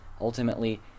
ultimately